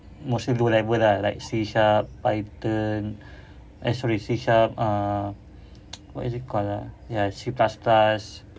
mostly low level lah like C sharp python eh sorry C sharp uh what is it called ah ya C plus plus